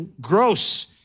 gross